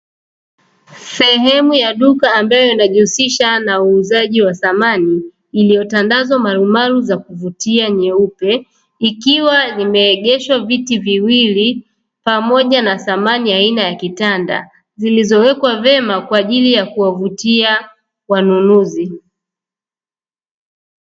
Sehemu ya duka ambayo inajihusisha na uuzaji wa samani iliyotandazwa marumaru za kuvutia nyeupe, ikiwa vimeegeshwa viti viwili pamoja na samani ya aina ya kitanda zilizowekwa vyema kwa ajili ya kuwavutia wanunuzi.